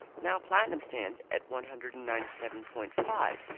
now platinum stands at one hundred and ninety seven point five,